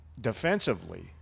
defensively